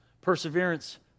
Perseverance